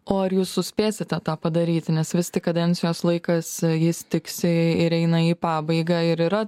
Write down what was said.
o ar jūs suspėsite tą padaryti nes vis tik kadencijos laikas jis tiksi ir eina į pabaigą ir yra